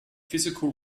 physical